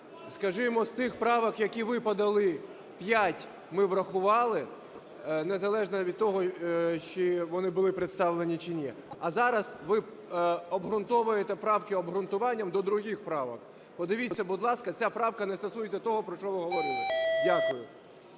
Скажімо, з цих правок, які ви подали, 5 ми врахували незалежно від того, чи вони були представлені, чи ні. А зараз ви обґрунтовуєте правки обґрунтуванням до других правок. Подивіться, будь ласка, ця правка не стосується того, про що ви говорили. Дякую.